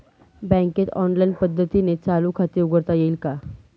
बँकेत ऑनलाईन पद्धतीने चालू खाते उघडता येईल का?